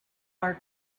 our